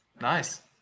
Nice